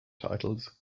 titles